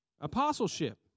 Apostleship